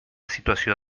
situació